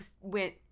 went